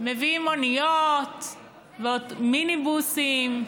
מביאים מוניות, מיניבוסים,